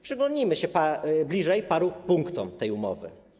Przyjrzyjmy się bliżej paru punktom tej umowy.